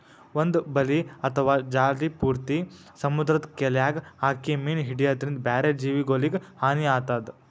ಒಂದ್ ಬಲಿ ಅಥವಾ ಜಾಲಿ ಪೂರ್ತಿ ಸಮುದ್ರದ್ ಕೆಲ್ಯಾಗ್ ಹಾಕಿ ಮೀನ್ ಹಿಡ್ಯದ್ರಿನ್ದ ಬ್ಯಾರೆ ಜೀವಿಗೊಲಿಗ್ ಹಾನಿ ಆತದ್